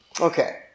Okay